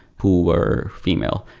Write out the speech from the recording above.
who were female.